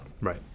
Right